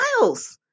miles